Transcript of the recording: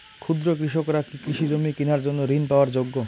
ক্ষুদ্র কৃষকরা কি কৃষিজমি কিনার জন্য ঋণ পাওয়ার যোগ্য?